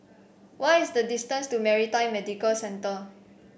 what is the distance to Maritime Medical Centre